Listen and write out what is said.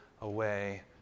away